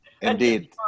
indeed